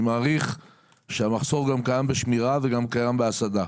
אני מעריך שהמחסור קיים גם בשמירה וגם קיים בהסעדה.